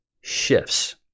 shifts